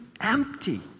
empty